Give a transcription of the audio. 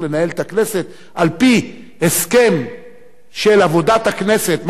לנהל את הכנסת על-פי הסכם של עבודת הכנסת,